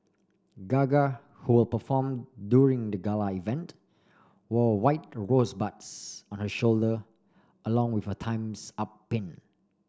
gaga who will perform during the gala event wore white rosebuds on her shoulder along with a Time's Up pin